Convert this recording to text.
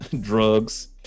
drugs